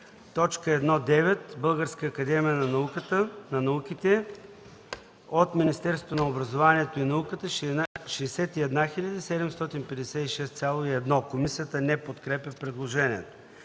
б) т. 1.9. Българска академия на науките. - от Министерството на образованието и науката 61 756,1.” Комисията не подкрепя предложението.